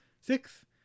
Six